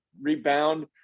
rebound